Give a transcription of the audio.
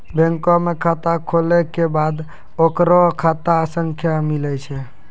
बैंको मे खाता खुलै के बाद ओकरो खाता संख्या मिलै छै